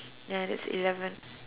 ya that's eleven